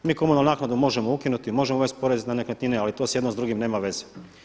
Mi komunalnu naknadu možemo ukinuti, možemo uvesti porez na nekretnine, ali to jedno s drugim nema veze.